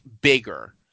bigger